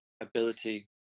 ability